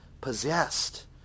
possessed